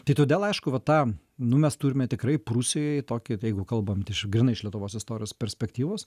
tai todėl aišku va ta nu mes turime tikrai prūsijoj tokį jeigu kalbant iš grynai iš lietuvos istorijos perspektyvos